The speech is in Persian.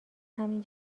همین